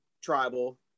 tribal